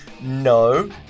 no